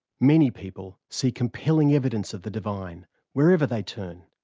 many people see compelling evidence of the divine wherever they turn.